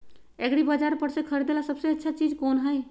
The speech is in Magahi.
एग्रिबाजार पर से खरीदे ला सबसे अच्छा चीज कोन हई?